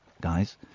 guys